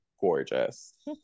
gorgeous